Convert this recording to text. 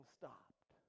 stopped